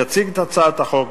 יציג את הצעת החוק,